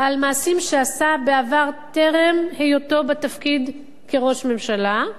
על מעשים שעשה בעבר, טרם היותו בתפקיד ראש ממשלה,